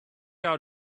out